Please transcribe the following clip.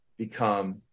become